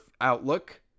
outlook